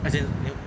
as in newbie